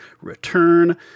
return